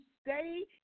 stay